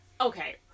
okay